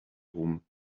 room